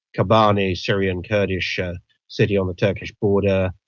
kobani, a syrian kurdish ah city on the turkish border,